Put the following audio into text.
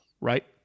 right